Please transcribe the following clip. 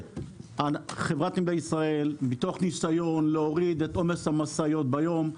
חברת נמלי ישראל מתוך ניסיון להוריד את עומס המשאיות ביום,